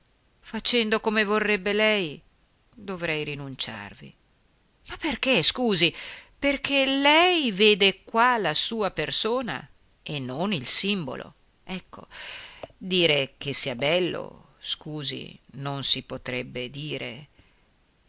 facendo come vorrebbe lei dovrei rinunciarvi ma perché scusi perché lei vede qua la sua persona e non il simbolo ecco dire che sia bello scusi non si potrebbe dire